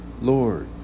Lord